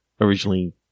originally